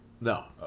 No